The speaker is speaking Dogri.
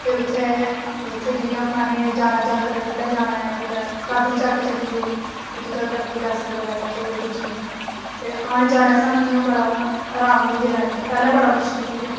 ते फिर उत्थें उत्थें हून जियां असें जाना जख दे खल्लै जाना ऐ कुदै काडर चक्क जाना ऐ उत्थें दे बी दस्स रपेऽ लगदे तौले पुज्जी जाना ऐ ते आने जाने दा ओह् सानूं बड़ा होना आराम कन्नै पुज्जी जंदे पैह्लें बड़ा मुश्कल हा